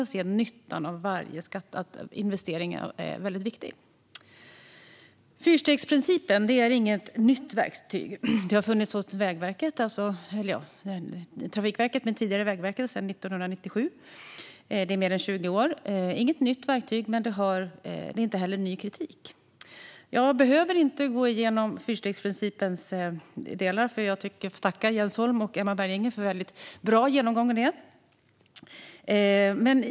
Att se nyttan av varje investering är väldigt viktigt. Fyrstegsprincipen är inget nytt verktyg. Det har funnits hos Trafikverket, tidigare Vägverket, sedan 1997, i mer än 20 år. Det är inget nytt verktyg, men det är heller ingen ny kritik. Jag behöver inte gå igenom fyrstegsprincipens delar, utan jag får tacka Jens Holm och Emma Berginger för bra genomgångar av dem.